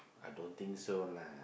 I don't think so lah